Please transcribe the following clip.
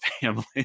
family